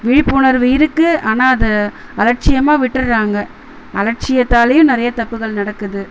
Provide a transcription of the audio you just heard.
விழிப்புணர்வு இருக்குது ஆனால் அதை அலட்சியமாக விட்டுறாங்கள் அலட்சியத்தாலயே நிறைய தப்புகள் நடக்குது